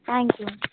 thank you